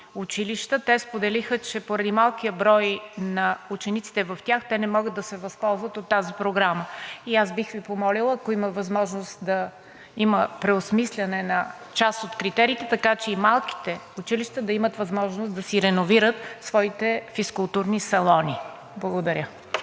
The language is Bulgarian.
училища те споделиха, че поради малкия брой на учениците в тях, те не могат да се възползват от тази програма. Бих Ви помолила, ако има възможност, да има преосмисляне на част от критериите, така че и малките училища да имат възможност да си реновират своите физкултурни салони. Благодаря.